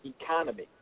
economy